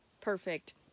perfect